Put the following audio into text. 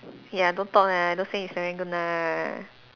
ya don't talk lah don't say it's Serangoon ah